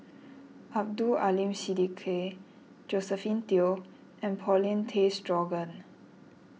Abdul Aleem Siddique Josephine Teo and Paulin Tay Straughan